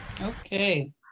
Okay